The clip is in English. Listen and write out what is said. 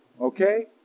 okay